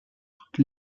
toute